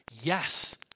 yes